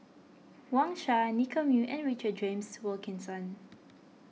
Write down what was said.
Wang Sha Nicky Moey and Richard James Wilkinson